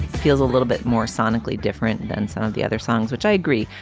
feels a little bit more sonically different and some of the other songs which i agree.